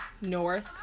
North